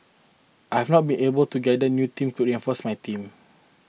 I have not been able to gather new team to reinforce my team